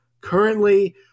currently